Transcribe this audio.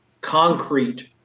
concrete